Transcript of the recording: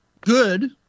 good